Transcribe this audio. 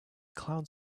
cloud